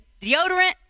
deodorant